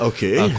Okay